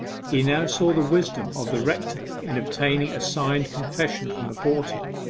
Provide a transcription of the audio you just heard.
he now saw the wisdom of the rector in obtaining a signed confession from the porter.